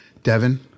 Devon